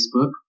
Facebook